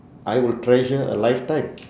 I will treasure a lifetime